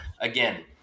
Again